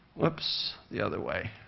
whoops, the other way.